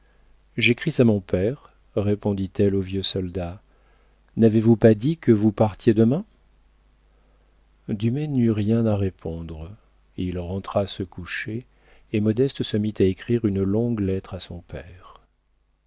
j'écris à mon père répondit-elle au vieux soldat n'avez-vous pas dit que vous partiez demain dumay n'eut rien à répondre il rentra se coucher et modeste se mit à écrire une longue lettre à son père